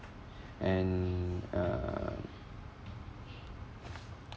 and um